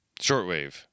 Shortwave